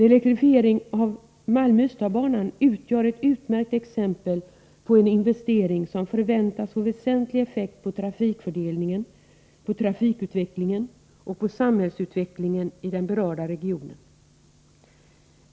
Elektrifiering av Malmö-Ystadbanan utgör ett utmärkt exempel på en investering som förväntas få väsentlig effekt på trafikfördelningen, på trafikutvecklingen och på samhällsutvecklingen i den berörda regionen.